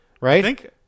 right